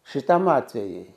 šitam atvejui